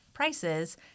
prices